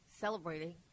celebrating